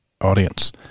Audience